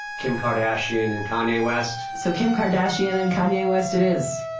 kim kardashian and kanye west? so kim kardashian and kanye west it is,